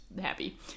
happy